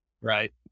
right